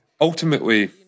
Ultimately